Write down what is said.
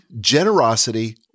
Generosity